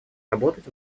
работать